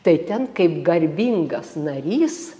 tai ten kaip garbingas narys